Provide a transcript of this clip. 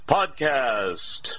Podcast